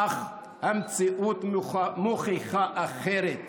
אך המציאות מוכיחה אחרת.